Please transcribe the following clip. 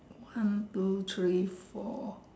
one two three four